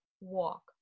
walk